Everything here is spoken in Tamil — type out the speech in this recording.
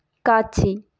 காட்சி